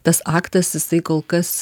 tas aktas jisai kol kas